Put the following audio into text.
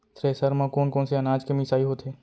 Thresher म कोन कोन से अनाज के मिसाई होथे?